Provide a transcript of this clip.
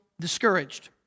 discouraged